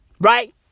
Right